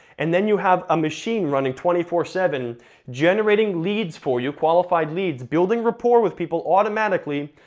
and then you have a machine running twenty four seven generating leads for you, qualified leads, building rapport with people, automatically,